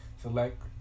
select